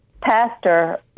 pastor